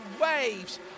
waves